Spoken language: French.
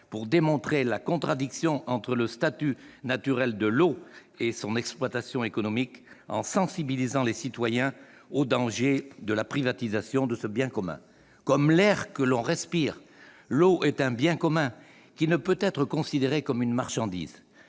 pour démontrer la contradiction entre le statut naturel de l'eau et son exploitation économique, en sensibilisant les citoyens aux dangers de la privatisation de ce bien commun. Comme l'air que l'on respire, l'eau est un bien commun qui ne peut être considéré comme une marchandise.